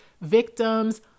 victims